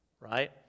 right